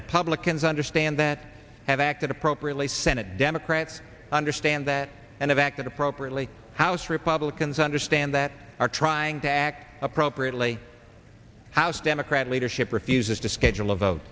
republicans understand that have acted appropriately senate democrats understand that and have acted appropriately house republicans understand that are trying to act appropriately house democratic leadership refuses to schedule a vote